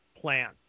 plan